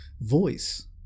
voice